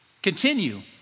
Continue